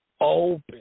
open